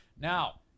Now